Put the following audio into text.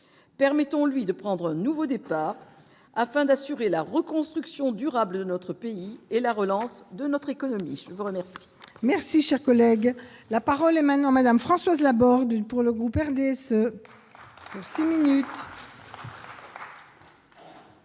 permettons lui de prendre un nouveau départ afin d'assurer la reconstruction durable de notre pays et la relance de notre économie, je vous remercie. Merci, cher collègue, la parole est maintenant Madame Françoise Laborde pour le groupe RDSE